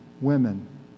women